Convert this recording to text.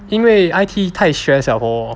因为 I_T 太 stress liao